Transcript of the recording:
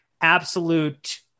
absolute